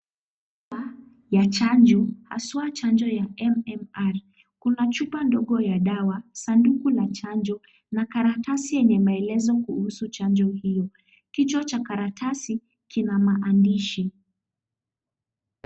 Chupa ya chanjo haswa chanjo ya MMR . Kuna chupa ndogo ya dawa, sanduku la chanjo na karatasi yenye maelezo kuhusu chanjo hiyo. Kichwa cha karatasi kina maandishi.